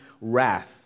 wrath